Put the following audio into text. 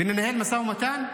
וננהל משא ומתן?